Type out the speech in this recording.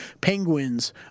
Penguins